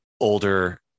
older